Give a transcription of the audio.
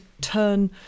turn